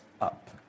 up